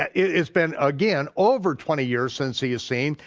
it's been again, over twenty years since he's seen.